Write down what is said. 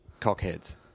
cockheads